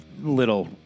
little